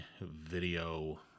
video